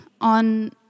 on